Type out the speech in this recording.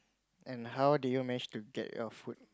and how did you manage to get your food